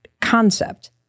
concept